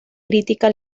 crítica